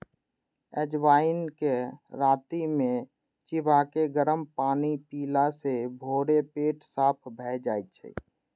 अजवाइन कें राति मे चिबाके गरम पानि पीला सं भोरे पेट साफ भए जाइ छै